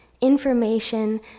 information